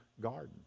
garden